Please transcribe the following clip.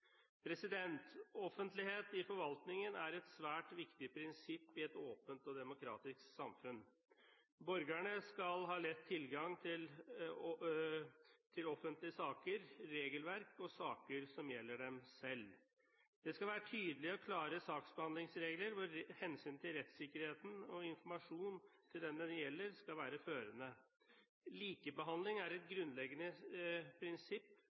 offentlighet. Offentlighet i forvaltningen er et svært viktig prinsipp i et åpent og demokratisk samfunn. Borgerne skal ha lett tilgang til offentlige saker, regelverk og saker som gjelder dem selv. Det skal være tydelige og klare saksbehandlingsregler hvor hensynet til rettssikkerheten og informasjon til den det gjelder, skal være førende. Likebehandling er et grunnleggende prinsipp